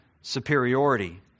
superiority